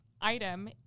item